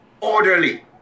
Orderly